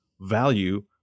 value